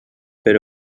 per